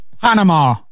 Panama